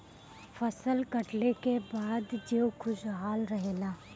फसल कटले के बाद जीउ खुशहाल रहेला